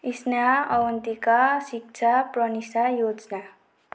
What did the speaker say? स्नेह अवन्तिका शिक्षा प्रनिसा योजना